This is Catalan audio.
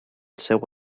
seu